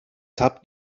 habt